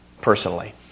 personally